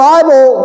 Bible